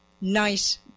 nice